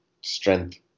strength